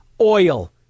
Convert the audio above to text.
oil